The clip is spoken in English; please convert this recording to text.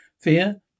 Fear